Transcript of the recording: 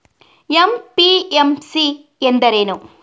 MPMC ಎಂದರೇನು?